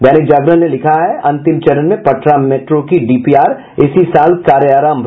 दैनिक जागरण ने लिखा है अंतिम चरण में पटना मेट्रो की डीपीआर इसी साल कार्यारंभ